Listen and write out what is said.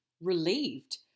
relieved